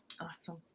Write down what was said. Awesome